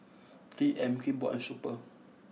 three M Kimball and Super